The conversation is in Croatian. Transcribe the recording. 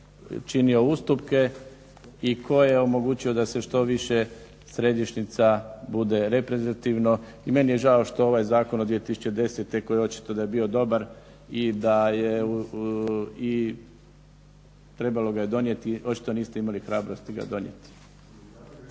činio ustupke i ko je omogućio da se što više središnjica bude reprezentativno. I meni je žao što ovaj zakon od 2010. koji je očito da je bio dobar i da je, trebalo ga je donijeti, očito niste imali hrabrosti ga donijeti.